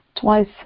twice